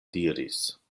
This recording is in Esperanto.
diris